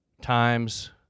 times